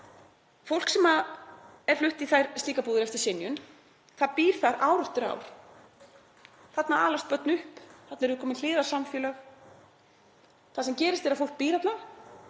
Fólk er flutt í slíkar búðir eftir synjun og býr þar ár eftir ár. Þarna alast börn upp. Þarna eru komin hliðarsamfélög. Það sem gerist er að fólk býr þarna